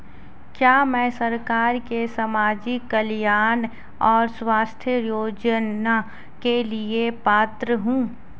क्या मैं सरकार के सामाजिक कल्याण और स्वास्थ्य योजना के लिए पात्र हूं?